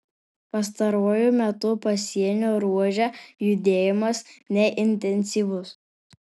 pastaruoju metu pasienio ruože judėjimas neintensyvus